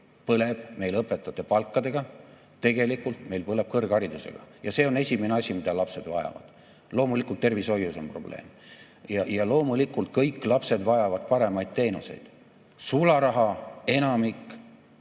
põleb meil õpetajate palkadega, tegelikult meil põleb kõrgharidusega. Ja see on esimene asi, mida lapsed vajavad. Loomulikult, tervishoius on probleem. Ja loomulikult, kõik lapsed vajavad paremaid teenuseid. Sularaha enamik